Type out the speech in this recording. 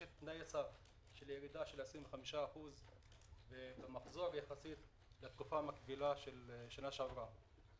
יש תנאי סף על ירידה של 25% במחזור יחסית לתקופה המקבילה בשנה שעברה.